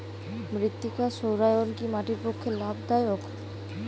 মৃত্তিকা সৌরায়ন কি মাটির পক্ষে লাভদায়ক?